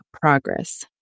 progress